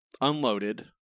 unloaded